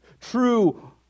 true